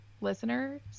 listeners